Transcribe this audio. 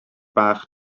bach